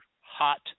hot